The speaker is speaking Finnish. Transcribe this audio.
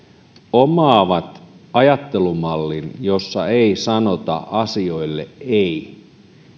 omaavat ajattelumallin jossa ei sanota asioille ei